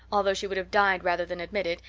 although she would have died rather than admit it,